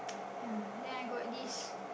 yeah then I got this